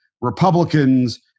Republicans